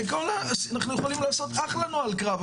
אנחנו יכולים לעשות אחלה נוהל קרב,